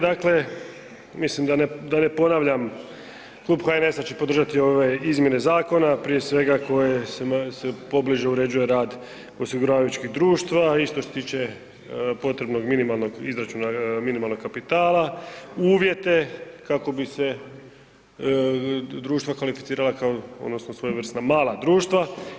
Dakle, mislim da ne ponavljam klub HNS-a će podržati ove izmjene zakona, prije svega kojima se pobliže uređuje rad osiguravajućih društava i što se tiče potrebnog minimalnog izračuna minimalnog kapitala, uvjete kako bi se društva kvalificirala kao svojevrsna mala društva.